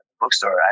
bookstore